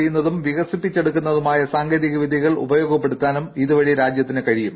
ചെയ്യുന്നതും വികസിപ്പിച്ചെടുക്കുന്നതുമായ സാങ്കേതികവിദ്യകൾ ഉപയോഗപ്പെടുത്താനും ഇതുവഴി രാജ്യത്തിനു കഴിയും